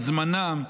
את זמנם,